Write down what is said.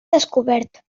descobert